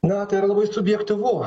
na tai yra labai subjektyvu